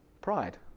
Pride